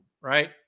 right